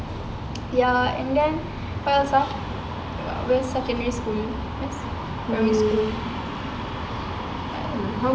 ya and then what else ah during secondary school primary school